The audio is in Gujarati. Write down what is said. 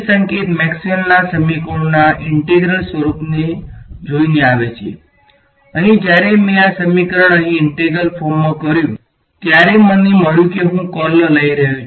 તે સંકેત મેક્સવેલના સમીકરણોના ઈન્ટિગ્રલ સ્વરૂપને જોઈને આવે છે અહીં જ્યારે મેં આ સમીકરણ અહીં ઈંટેગ્રલ ફોર્મમાં કર્યું ત્યારે મને મળ્યું કે હું કર્લ લઈ રહ્યો